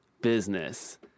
business